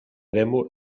demo